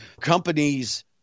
companies